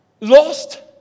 lost